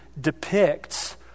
depicts